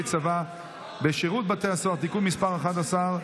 צבא בשירות בתי הסוהר) (תיקון מס' 11),